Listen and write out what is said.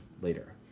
later